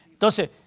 Entonces